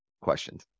questions